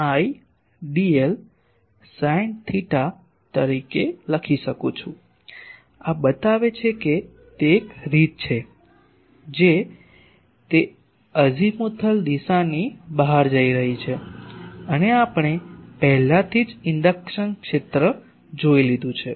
dl sine theta તરીકે લખી શકું છું આ બતાવે છે કે તે એક રીત છે જે તે અઝીમુથલ દિશાની બહાર જઈ રહી છે અને આપણે પહેલાથી જ ઇન્ડક્શન ક્ષેત્ર જોઇ લીધું છે